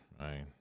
right